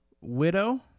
Widow